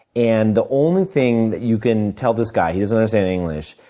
and the only thing that you can tell this guy he doesn't understand english.